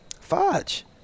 Fudge